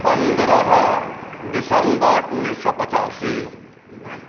पन्द्रह दिसम्बर उन्नैस सए पचासी